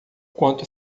quanto